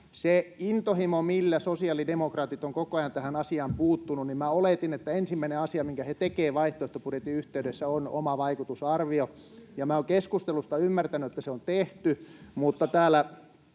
Sen intohimon vuoksi, millä sosiaalidemokraatit ovat koko ajan tähän asiaan puuttuneet, minä oletin, että ensimmäinen asia, minkä he tekevät vaihtoehtobudjetin yhteydessä, on oma vaikutusarvio. Minä olen keskustelusta ymmärtänyt, että se on tehty, [Mauri